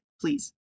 please